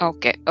Okay